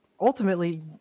ultimately